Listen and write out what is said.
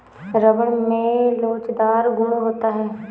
rubber में लोचदार गुण होता है